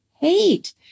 hate